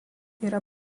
yra